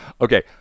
okay